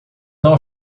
não